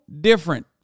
different